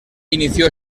inició